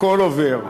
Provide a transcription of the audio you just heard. הכול עובר.